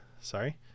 sorry